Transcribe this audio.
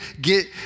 get